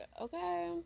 okay